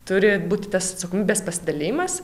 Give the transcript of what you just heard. turi būti tas atsakomybės pasidalijimas